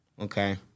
Okay